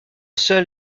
seul